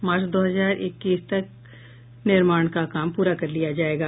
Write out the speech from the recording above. मार्च दो हजार इक्कीस तक निर्माण काम पूरा कर लिया जायेगा